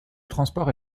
transport